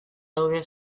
daude